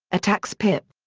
attacks pip.